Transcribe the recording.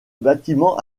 bâtiment